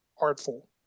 artful